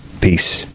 Peace